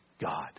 God